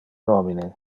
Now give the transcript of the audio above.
nomine